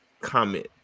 comment